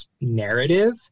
narrative